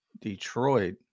Detroit